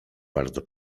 bardzo